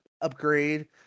upgrade